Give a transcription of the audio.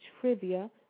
trivia